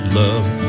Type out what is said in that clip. love